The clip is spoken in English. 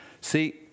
See